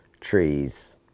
trees